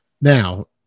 Now